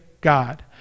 God